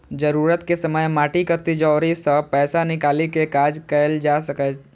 जरूरत के समय माटिक तिजौरी सं पैसा निकालि कें काज कैल जा सकैए